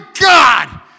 God